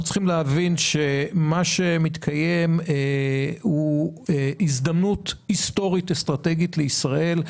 אנחנו צריכים להבין שמה שמתקיים הוא הזדמנות היסטורית אסטרטגית לישראל,